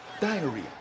Diarrhea